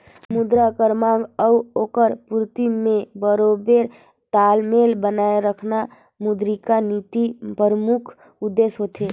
मुद्रा कर मांग अउ ओकर पूरती में बरोबेर तालमेल बनाए रखना मौद्रिक नीति परमुख उद्देस होथे